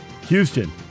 Houston